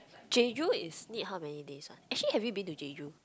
Jeju is need how many days one actually have you been to Jeju